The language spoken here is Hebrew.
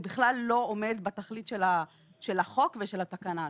זה בכלל לא עומד בתכלית של החוק ושל התקנה עצמה.